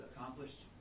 accomplished